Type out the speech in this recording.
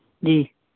جی